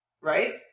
right